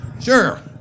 Sure